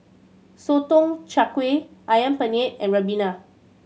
Sotong Char Kway Ayam Penyet and Ribena